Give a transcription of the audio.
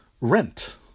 Rent